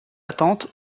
attente